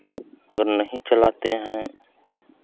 अगर नहीं चलाते हैं